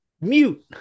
Mute